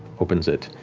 opens it,